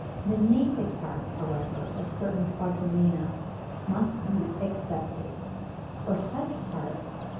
the naked parts, however, of certain quadrumana must be excepted for such parts,